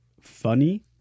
funny